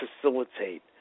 facilitate